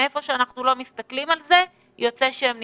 מכל כיוון שאנחנו מסתכלים על זה, יוצא שהם נפגעים.